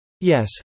Yes